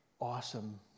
awesome